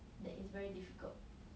that it's very difficult